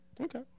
Okay